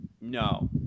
no